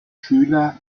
schüler